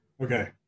Okay